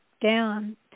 down